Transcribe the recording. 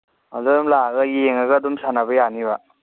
ꯑꯗ ꯑꯗꯨꯝ ꯂꯥꯛꯑꯒ ꯌꯦꯡꯉꯒ ꯑꯗꯨꯝ ꯁꯥꯟꯅꯕ ꯌꯥꯅꯤꯕ